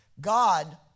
God